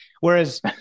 Whereas